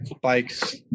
bikes